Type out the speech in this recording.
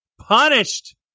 punished